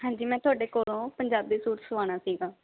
ਹਾਂਜੀ ਮੈਂ ਤੁਹਾਡੇ ਕੋਲੋਂ ਪੰਜਾਬੀ ਸੂਟ ਸਵਾਉਣਾ ਸੀਗਾ